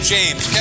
James